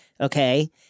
okay